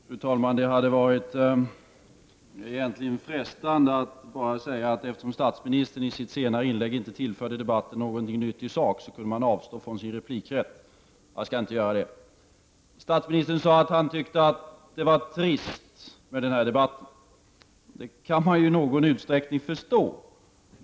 Fru talman! Det hade egentligen varit frestande att bara säga att eftersom statsministern i sitt senaste inlägg inte tillförde debatten någonting nytt i sak, kunde man avstå från sin replikrätt. Jag skall inte göra det. Statsministern sade att han tyckte att det var trist med den här debatten. Det kan man ju i någon utsträckning förstå.